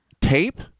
Tape